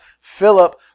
Philip